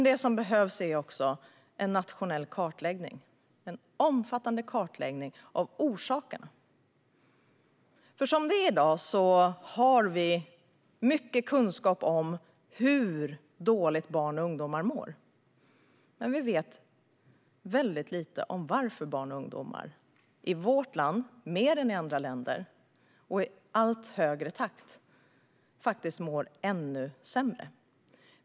Det behövs också en nationell kartläggning, en omfattande kartläggning av orsakerna. I dag har vi mycket kunskap om hur dåligt barn och ungdomar mår. Men vi vet väldigt lite om varför barn och ungdomar i vårt land, mer än i andra länder och i allt högre takt, mår ännu sämre.